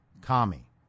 Kami